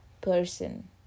person